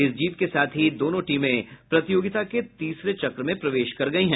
इस जीत के साथ ही दोनों टीमें प्रतियोगिता के तीसरे चक्र में प्रवेश कर गयी हैं